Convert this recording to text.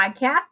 Podcast